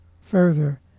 further